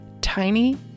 tiny